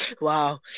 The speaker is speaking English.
Wow